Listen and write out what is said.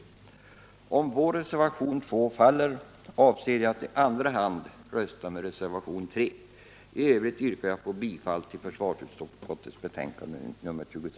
Om vår reservation 2 faller, avser jag att i andra hand rösta på reservationen 3. I övrigt yrkar jag bifall till vad utskottet hemställt.